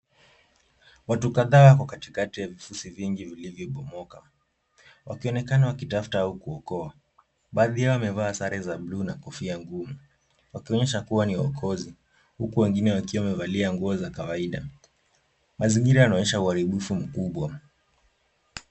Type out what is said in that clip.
Watu kadhaa wako katikati ya vifusi vingi vilivyobomoka, wakionekana wakitafuta au kuokoa. Baadhi yao wamevaa sare za bluu na kofia ngumu, wakionyesha kuwa ni waokozi, huku wengine wakiwa wamevalia nguo za kawaida. Mazingira yanaonyesha uharibifu mkubwa.